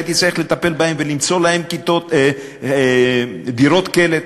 שהייתי צריך לטפל בהם ולמצוא להם דירות קלט